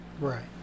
Right